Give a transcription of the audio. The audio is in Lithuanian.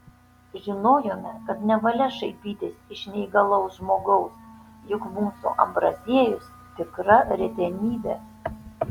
žinojome kad nevalia šaipytis iš neįgalaus žmogaus juk mūsų ambraziejus tikra retenybė